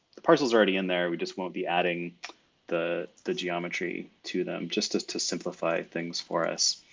the spatials are already in there we just won't be adding the the geometry to them, just as to simplify things for us.